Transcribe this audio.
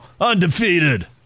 undefeated